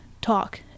talk